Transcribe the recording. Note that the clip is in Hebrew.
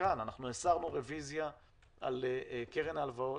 כאן אנחנו הסרנו רביזיה על קרן ההלוואות,